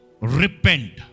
repent